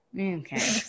okay